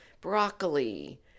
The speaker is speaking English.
broccoli